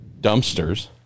dumpsters